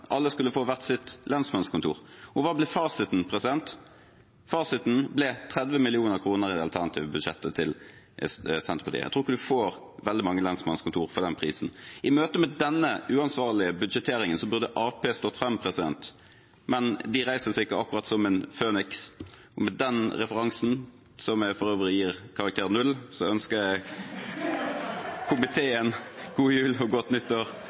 alle skulle få hvert sitt lensmannskontor. Hva ble fasiten? Fasiten ble 30 mill. kr i det alternative budsjettet til Senterpartiet. Jeg tror ikke man får veldig mange lensmannskontor for den prisen. I møte med denne uansvarlige budsjetteringen burde Arbeiderpartiet stått frem, men de reiser seg ikke akkurat som en Føniks. Med den referansen, som jeg for øvrig gir karakteren 0, ønsker jeg komiteen god jul og godt